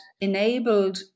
enabled